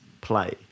play